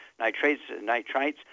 nitrites